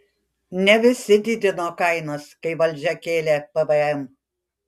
ne visi didino kainas kai valdžia kėlė pvm